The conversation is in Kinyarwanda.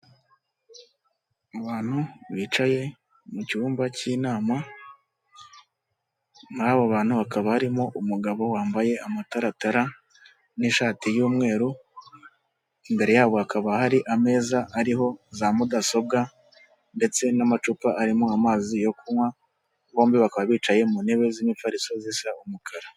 Abantu bicaye mu cyumba cy'inama, muri abo bantu bakaba barimo umugabo wambaye amataratara n'ishati y'umweru, imbere yabo hakaba hari ameza ariho za mudasobwa ndetse n'amacupa arimo amazi yo kunywa bombi bakaba bicaye mu ntebe z'imifariso zisa umukara.